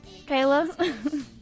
Kayla